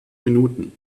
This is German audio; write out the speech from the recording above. minuten